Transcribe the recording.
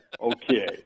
okay